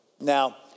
Now